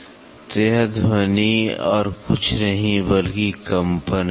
तो यह ध्वनि और कुछ नहीं बल्कि कंपन है